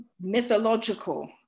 mythological